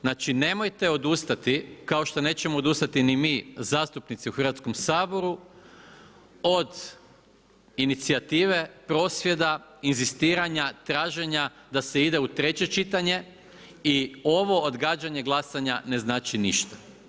Znači nemojte odustati kao što nećemo odustati ni mi zastupnici u Hrvatskom saboru od inicijative prosvjeda, inzistiranja, traženja da se ide u treće čitanje i ovo odgađanje glasanja ne znači ništa.